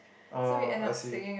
orh I see